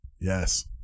Yes